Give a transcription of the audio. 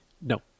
No